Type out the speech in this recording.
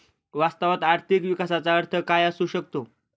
वास्तवात आर्थिक विकासाचा अर्थ काय असू शकतो?